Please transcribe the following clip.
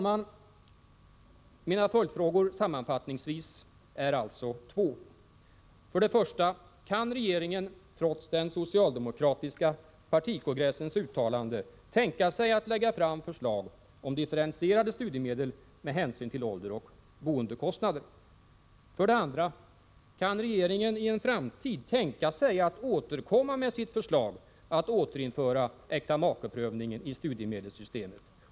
Mina följdfrågor sammanfattningsvis är alltså två: 1. Kan regeringen, trots den socialdemokratiska partikongressens uttalande, tänka sig att lägga fram förslag om differentierade studiemedel med hänsyn till ålder och boendekostnader? 2. Kan regeringen tänka sig att i en framtid återkomma med sitt förslag att återinföra äktamakeprövning i studiemedelssystemet?